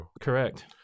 Correct